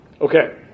Okay